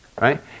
right